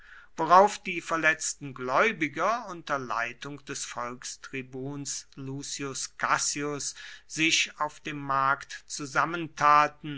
worauf die verletzten gläubiger unter leitung des volkstribuns lucius cassius sich auf dem markt zusammentaten